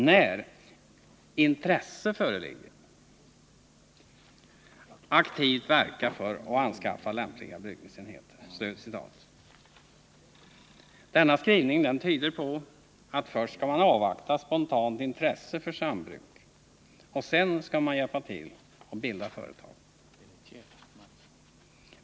när intresse föreligger, aktivt verka för att anskaffa lämpliga brukningsenheter.” Denna skrivning tyder på att man först skall avvakta spontant intresse för sambruk och sedan hjälpa till att bilda företag.